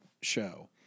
show